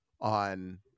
on